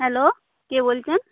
hello কে বলছেন